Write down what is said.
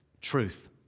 Truth